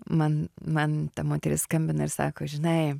man man ta moteris skambina ir sako žinai